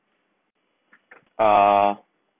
uh